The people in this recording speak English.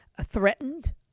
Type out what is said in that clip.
threatened